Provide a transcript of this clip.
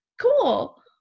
cool